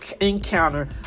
encounter